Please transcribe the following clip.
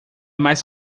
mais